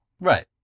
right